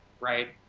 right.